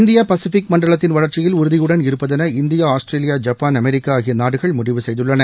India Pacific மண்டலத்தின் வளர்ச்சியில் உறுதியுடன் இருப்பதென இந்தியா ஆஸ்திரேலியா ஜப்பான் அமெரிக்காஆகியநாடுகள் முடிவு செய்துள்ளன